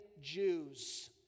Jews